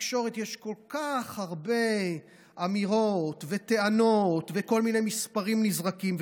בתקשורת יש כל כך הרבה אמירות וטענות וכל מיני מספרים נזרקים,